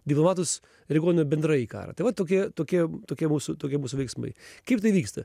diplomatus reaguodami bendrai į karą tai va tokie tokie tokie mūsų tokie mūsų veiksmai kaip tai vyksta